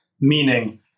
meaning